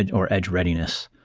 and or edge readiness,